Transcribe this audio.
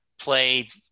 played